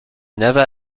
never